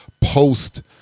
post